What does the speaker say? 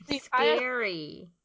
Scary